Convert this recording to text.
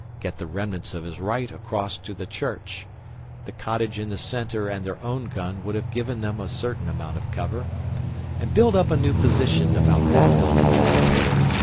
get the remnants of his right across to the church the cottage in the centre and their own gun would have given them a certain amount of cover and build up a new position about that building as a pivot.